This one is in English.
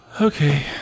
okay